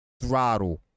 throttle